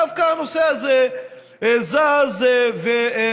דווקא הנושא הזה זז ומתקדם,